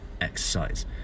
exercise